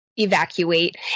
evacuate